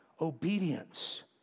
obedience